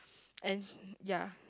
and ya